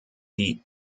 die